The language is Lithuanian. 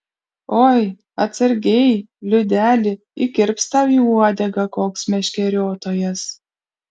oi atsargiai liudeli įkirps tau į uodegą koks meškeriotojas